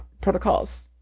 protocols